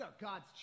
God's